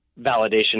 validation